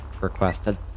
requested